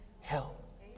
help